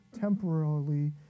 temporarily